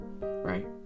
right